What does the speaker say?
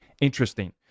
Interesting